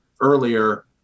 earlier